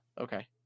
okay